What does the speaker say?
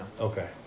Okay